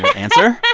but answer,